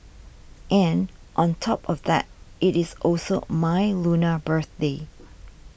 and on top of that it is also my Lunar birthday